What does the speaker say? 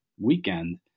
weekend